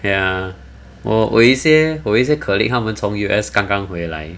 ya 我我有一些我有一些 colleague 他们从 U_S 刚刚回来